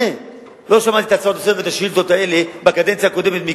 לא שמעתי את ההצעות לסדר-היום ואת השאילתות האלה מכם בקדנציה הקודמת,